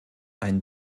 ein